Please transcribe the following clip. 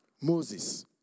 Moses